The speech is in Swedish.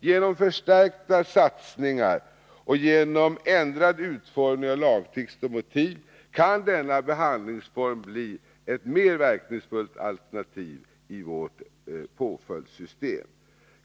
Genom förstärkta satsningar och genom ändrad utformning av lagtext och motiv kan denna behandlingsform bli ett mer verkningsfullt alternativ i vårt påföljdssystem.